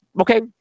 okay